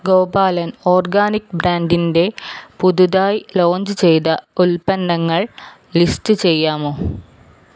Gopalan organic ബ്രാൻഡിന്റെ പുതുതായി launch ചെയ്ത ഉൽപ്പന്നങ്ങൾ ലിസ്റ്റ് ചെയ്യാമോ